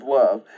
love